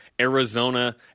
Arizona